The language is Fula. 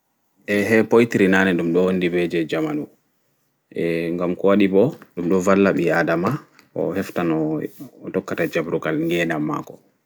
Eeeh ha poerty nane ɗum ɗo wonɗi ɓe jei jamanu eeh ngam kowaɗi ɓo ɗumɗo walla ɓi aɗama o hefta no o tokka ta jaɓrungal maako